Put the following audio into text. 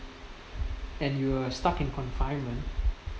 and you are stuck in confinement